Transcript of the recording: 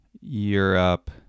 Europe